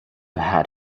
had